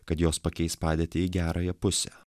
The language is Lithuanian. kad jos pakeis padėtį į gerąją pusę